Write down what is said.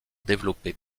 développés